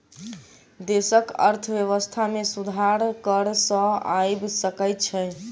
देशक अर्थव्यवस्था में सुधार कर सॅ आइब सकै छै